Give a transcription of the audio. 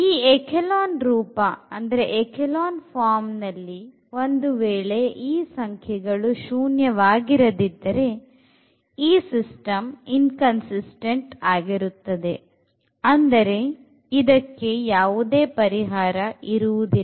ಈ ಎಖೇಲಾನ್ ರೂಪ ದಲ್ಲಿ ಒಂದು ವೇಳೆ ಈ ಸಂಖ್ಯೆ ಗಳು ಶೂನ್ಯವಾಗಿರದಿದ್ದರೆ ಈ ಸಿಸ್ಟಮ್ ಇನ್ಕನ್ಸಿಸ್ಟ್೦ಟ್ ಆಗಿರುತ್ತದೆ ಅಂದರೆ ಇದಕ್ಕೆ ಯಾವುದೇ ಪರಿಹಾರ ಇರುವುದಿಲ್ಲ